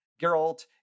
Geralt